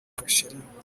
cherie